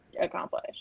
accomplish